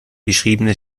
beschriebene